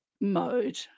mode